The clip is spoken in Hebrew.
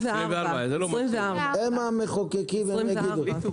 24. הם המחוקקים, הם יגידו.